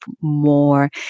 more